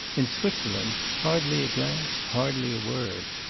in switzerland, hardly a glance, hardly a word.